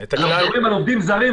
מדברים על עובדים זרים,